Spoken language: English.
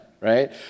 right